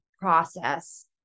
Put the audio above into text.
process